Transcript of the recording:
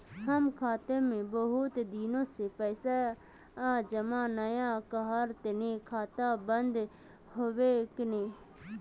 हम खाता में बहुत दिन से पैसा जमा नय कहार तने खाता बंद होबे केने?